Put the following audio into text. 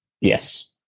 yes